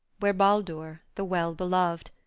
where baldur, the well beloved,